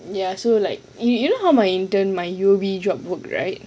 ya so like you you know how my intern my U_O_B job work right